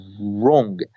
wrong